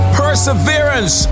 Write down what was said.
perseverance